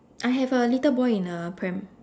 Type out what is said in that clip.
I have a little boy in a pram